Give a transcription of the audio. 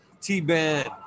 t-band